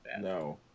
No